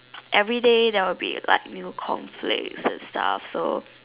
everyday there will be like new conflicts and stuffs also